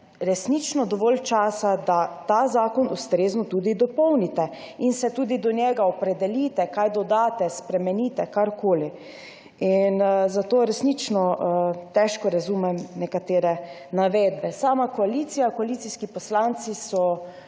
resnično dovolj časa, da ta zakon ustrezno tudi dopolnite in se tudi do njega opredelite, kaj dodate, spremenite, karkoli. Zato resnično težko razumem nekatere navedbe. Sama koalicija, koalicijski poslanci so